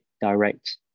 direct